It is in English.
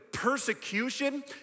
persecution